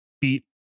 beat